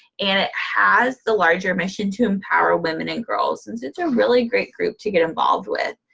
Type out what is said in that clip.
and it has the larger mission to empower women and girls. and so, it's a really great group to get involved with.